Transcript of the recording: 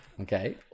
Okay